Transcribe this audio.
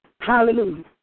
Hallelujah